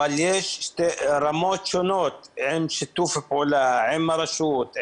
אבל יש רמות שונות של שיתוף פעולה עם הרשות,